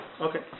Okay